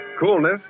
Coolness